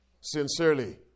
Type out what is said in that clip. sincerely